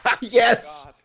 Yes